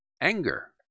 Anger